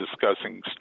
discussing